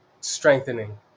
strengthening